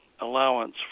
allowance